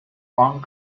long